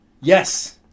yes